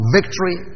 Victory